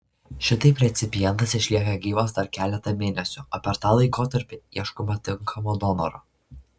šitaip recipientas išlieka gyvas dar keletą mėnesių o per tą laikotarpį ieškoma tinkamo donoro